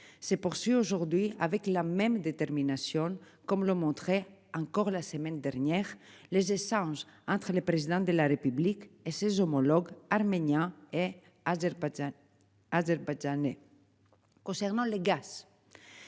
poursuit aujourd'hui avec la même détermination, comme le montrait encore la semaine dernière les échanges entre le président de la République et ses homologues arméniens et azerbaïdjanais azerbaïdjanais.